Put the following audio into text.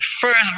First